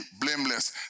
blameless